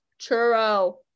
churro